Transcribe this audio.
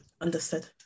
Understood